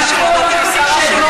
הם היו רוצים לתקן,